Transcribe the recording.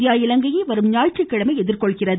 India இலங்கையை வரும் ஞாயிற்றுக்கிழமை எதிர்கொள்கிறது